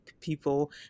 people